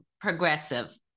progressive